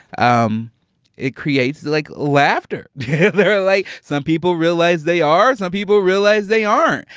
um it creates like laughter they're like some people realize they are. some people realize they aren't.